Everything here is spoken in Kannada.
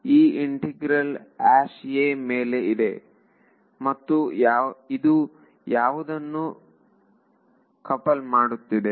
ಈ ಇಂಟಿಗ್ರಲ್ a ಮೇಲೆ ಇದೆ ಮತ್ತೆ ಇದು ಯಾವುದನ್ನು ಕಪಲ್ ಮಾಡುತ್ತಿದೆ